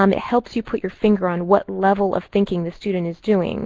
um it helps you put your finger on what level of thinking the student is doing